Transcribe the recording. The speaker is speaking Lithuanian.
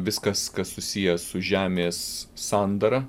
viskas kas susiję su žemės sandara